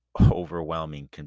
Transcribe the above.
overwhelming